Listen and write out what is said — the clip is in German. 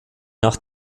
nach